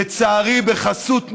לצערי, בחסות נתניהו,